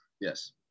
yes